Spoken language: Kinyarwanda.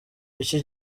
iki